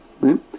right